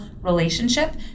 relationship